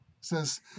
says